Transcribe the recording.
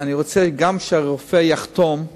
אני רוצה גם שהרופא יחתום על